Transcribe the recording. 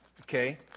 okay